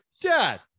Dad